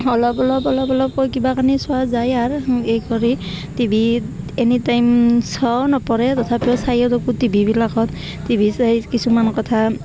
অলপ অলপ অলপ অলপ কৈ কিবা কণি চোৱা যায় আৰ এই কৰি টিভি ত এনি টাইম চোৱা নপৰে তথাপিও চাইও থাকো টিভিবিলাকত টিভি চাই কিছুমান কথা